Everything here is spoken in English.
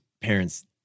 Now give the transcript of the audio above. parents